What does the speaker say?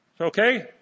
Okay